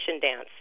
dance